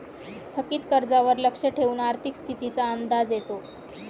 थकीत कर्जावर लक्ष ठेवून आर्थिक स्थितीचा अंदाज येतो